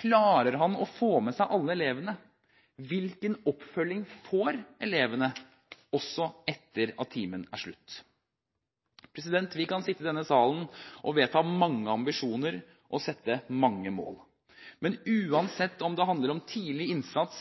Klarer han å få med seg alle elevene? Hvilken oppfølging får elevene, også etter at timen er slutt? Vi kan sitte i denne salen og vedta mange ambisjoner og sette mange mål. Men uansett om det handler om tidlig innsats,